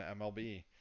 MLB